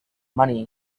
money